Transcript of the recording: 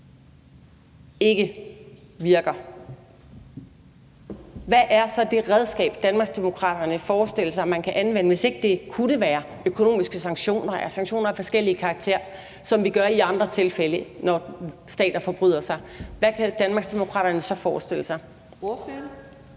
ikke virker? Hvad er så det redskab, Danmarksdemokraterne forestiller sig at man kan anvende, hvis ikke det kunne være økonomiske sanktioner eller sanktioner af forskellig karakter, sådan som vi gør i andre tilfælde, når stater forbryder sig? Hvad kan Danmarksdemokraterne så forestille sig? Kl.